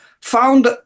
found